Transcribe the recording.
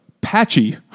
Patchy